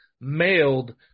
mailed